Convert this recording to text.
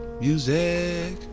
music